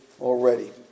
already